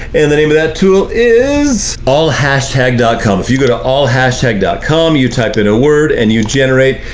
and the name of that tool is allhashtag dot com if you go to ah allhashtag com, you type in a word and you generate,